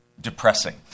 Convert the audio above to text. depressing